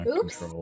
Oops